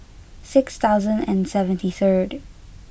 six thousand and seventy third